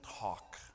talk